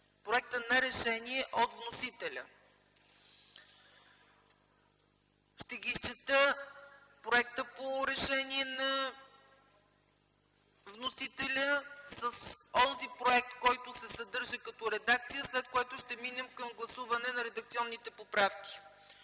проекта за решение от вносителя. Ще изчета проекта по решение на вносителя с онзи проект, който се съдържа като редакция, след което ще минем към гласуване на редакционните поправки.